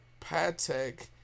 Patek